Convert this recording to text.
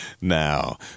now